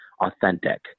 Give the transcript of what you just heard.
authentic